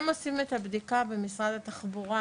הם עושים את הבדיקה במשרד התחבורה,